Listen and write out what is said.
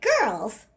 Girls